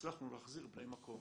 הצלחנו להחזיר בני מקום,